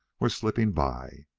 were slipping by.